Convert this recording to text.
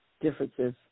differences